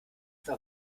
warm